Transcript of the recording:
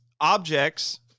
objects